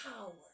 power